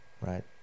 right